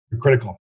critical